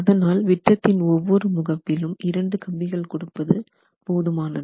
அதனால் விட்டத்தின் ஒவ்வொரு முகப்பிலும் இரண்டு கம்பிகள் கொடுப்பது போதுமானது